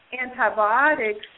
antibiotics